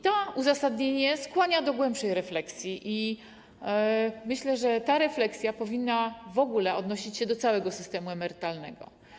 To uzasadnienie skłania do głębszej refleksji i myślę, że ta refleksja powinna odnosić się do całego systemu emerytalnego.